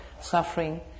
suffering